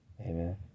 Amen